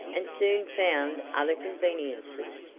and soon found other conveniences,